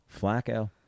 Flacco